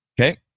Okay